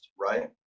right